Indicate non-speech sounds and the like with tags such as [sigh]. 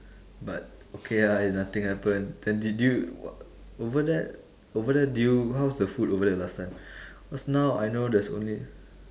but okay ah if nothing happened then did you [noise] over there over there did you how's the food over there last time cause now I know there's only